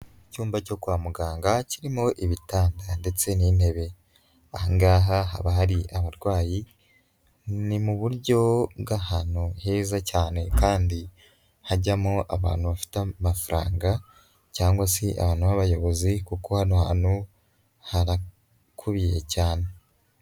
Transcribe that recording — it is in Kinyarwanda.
Icyumba cyo kwa muganga kirimo ibitanda ndetse n'intebe. Aha ngaha haba hari abarwayi, ni mu buryo bw'ahantu heza cyane kandi hajyamo abantu bafite amafaranga cyangwa se ahantu b'abayobozi kuko hano hantu harakubiye cyane.